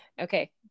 Okay